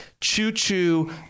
choo-choo